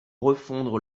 refondre